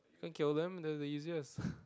can kill them they the easiest